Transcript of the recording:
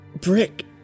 Brick